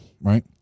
right